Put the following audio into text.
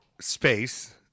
space